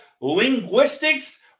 linguistics